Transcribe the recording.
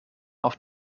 auf